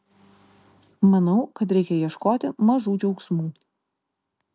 manau kad reikia ieškoti mažų džiaugsmų